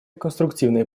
конструктивные